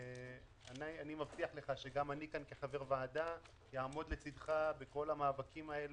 גם אני כחבר ועדה אעמוד לצדך במאבקים האלה,